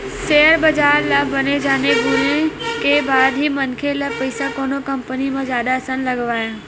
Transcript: share बजार ल बने जाने गुने के बाद ही मनखे ल पइसा कोनो कंपनी म जादा असन लगवाय